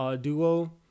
duo